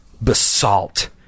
basalt